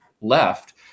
left